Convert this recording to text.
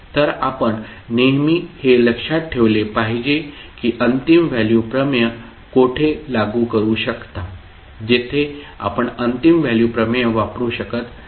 तर आपण नेहमी हे लक्षात ठेवले पाहिजे की आपण अंतिम व्हॅल्यू प्रमेय कोठे लागू करू शकता जेथे आपण अंतिम व्हॅल्यू प्रमेय वापरू शकत नाही